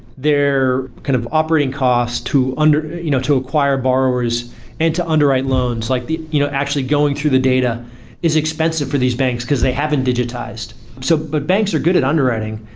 they're kind of operating costs to and you know to acquire borrowers and to underwrite loans, like you know actually going through the data is expensive for these banks, because they haven't digitized. so but banks are good at underwriting.